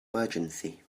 emergency